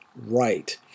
right